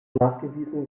nachgewiesen